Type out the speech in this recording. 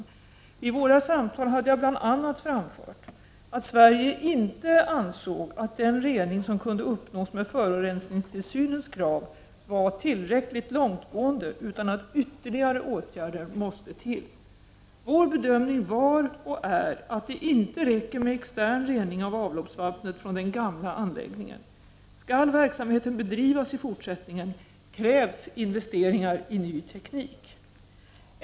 Vid våra samtal hade jag bl.a. framfört att Sverige inte ansåg att den rening som kunde uppnås med forurensningstilsynens krav var tillräckligt långt Prot. 1989/90:43 gående utan att ytterligare åtgärder måste till. 11 december 1989 Vår bedömning var och är att det inte räcker med extern rening av av=== loppsvattnet från den gamla anläggningen. Skall verksamhet bedrivas i fortsättningen krävs investeringar i ny teknik.